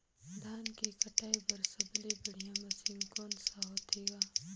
धान के कटाई बर सबले बढ़िया मशीन कोन सा होथे ग?